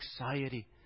anxiety